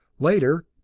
later,